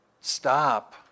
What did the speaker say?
stop